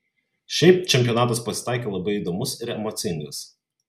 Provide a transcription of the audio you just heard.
šiaip čempionatas pasitaikė labai įdomus ir emocingas